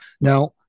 Now